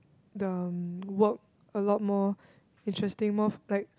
the work a lot more interesting more of like